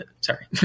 sorry